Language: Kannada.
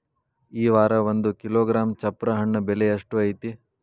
ಈ ವಾರ ಒಂದು ಕಿಲೋಗ್ರಾಂ ಚಪ್ರ ಹಣ್ಣ ಬೆಲೆ ಎಷ್ಟು ಐತಿ?